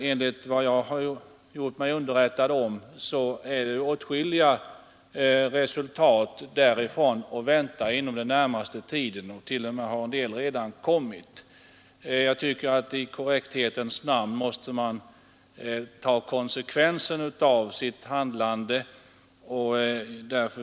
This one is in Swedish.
Enligt vad jag har gjort mig underrättad om är det åtskilliga resultat att vänta därifrån inom den närmaste tiden. En del har t.o.m. redan kommit.